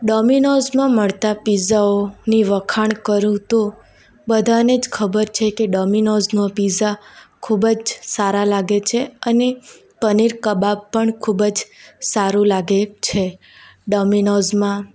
ડોમીનોઝમાં મળતા પિઝાઓની વખાણ કરું તો બધાંને જ ખબર છે કે ડોમિનોઝનો પિઝા ખૂબ જ સારા લાગે છે અને પનીર કબાબ પણ ખૂબ જ સારું લાગે છે ડોમીનોઝમાં